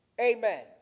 Amen